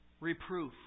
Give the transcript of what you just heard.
Reproof